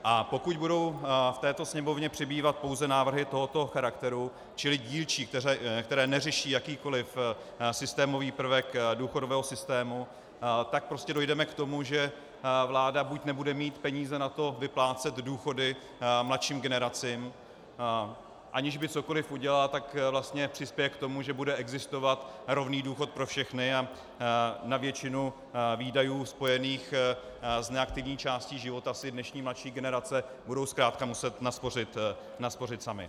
A pokud budou v této Sněmovně přibývat pouze návrhy tohoto charakteru, čili dílčí, které neřeší jakýkoliv systémový prvek důchodového systému, tak prostě dojdeme k tomu, že vláda nebude mít peníze na to vyplácet důchody mladším generacím, a aniž by cokoli udělala, tak vlastně přispěje k tomu, že bude existovat rovný důchod pro všechny a na většinu výdajů spojených s neaktivní částí života si dnešní mladší generace budou zkrátka muset naspořit sami.